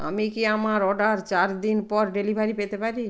আমি কি আমার অর্ডার চার দিন পর ডেলিভারি পেতে পারি